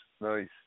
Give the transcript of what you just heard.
nice